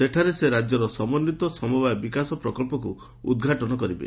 ସେଠାରେ ସେ ରାଜ୍ୟର ସମନ୍ଧିତ ସମବାୟ ବିକାଶ ପ୍ରକଳ୍ପକୁ ଉଦ୍ଘାଟନ କରିବେ